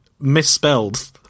misspelled